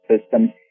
system